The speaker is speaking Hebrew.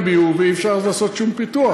ביוב ולא יהיה אפשר לעשות שום פיתוח,